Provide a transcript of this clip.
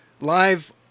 live